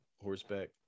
horseback